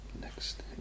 next